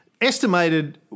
Estimated